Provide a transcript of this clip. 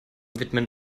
widmen